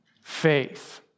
faith